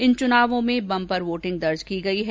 इन चुनावों में bumper voting दर्ज की गई है